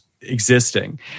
existing